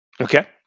Okay